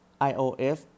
iOS